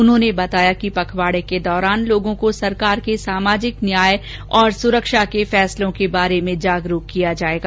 उन्होंने बताया कि पखवाड़े के दौरान लोगों को सरकार के सामाजिक न्याय और सुरक्षा के फैसलों के बारे में जागरूक किया जाएगा